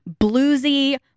bluesy